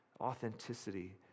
authenticity